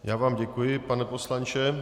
Já vám děkuji, pane poslanče.